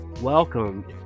Welcome